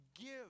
give